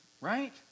Right